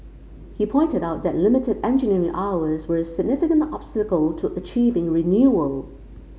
he pointed out that limited engineering hours were a significant obstacle to achieving renewal